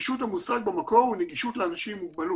נגישות הוא מושג במקור של נגישות לאנשים עם מוגבלות,